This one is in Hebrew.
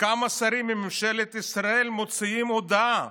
וכמה שרים מממשלת ישראל מוציאים הודעה: